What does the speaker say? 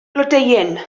blodeuyn